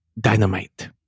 dynamite